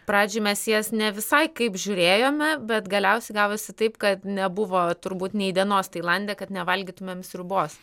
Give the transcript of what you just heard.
pradžioj mes į jas ne visai kaip žiūrėjome bet galiausiai gavosi taip kad nebuvo turbūt nei dienos tailande kad nevalgytumėm sriubos